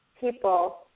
people